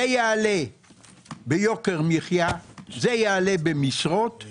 זה יעלה ביוקר מחיה, זה יעלה במשרות כי